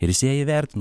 ir visi ją įvertino